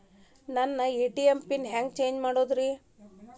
ನನ್ನ ATM PIN change ಹೆಂಗ್ ಮಾಡೋದ್ರಿ?